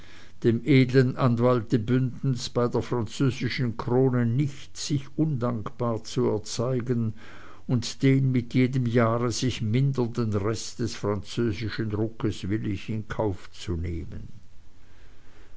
dem edeln anwalte bündens bei der französischen krone nicht sich undankbar zu erzeigen und den mit jedem jahre sich mindernden rest des französischen druckes willig in den kauf zu nehmen